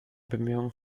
bemühungen